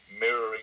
mirroring